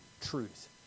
truth